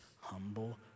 humble